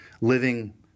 living